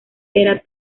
era